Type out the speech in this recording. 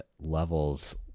levels